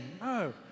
No